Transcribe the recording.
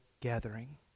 gathering